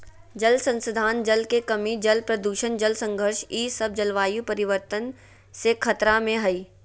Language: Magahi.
जल संसाधन, जल के कमी, जल प्रदूषण, जल संघर्ष ई सब जलवायु परिवर्तन से खतरा में हइ